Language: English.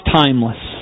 timeless